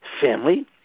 family